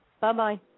Bye-bye